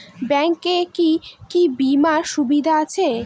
Bank এ কি কী বীমার সুবিধা আছে?